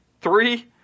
three